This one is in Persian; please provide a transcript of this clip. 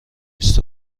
بیست